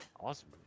awesome